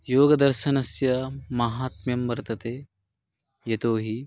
योगदर्शनस्य माहात्म्यं वर्तते यतोऽहि